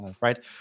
right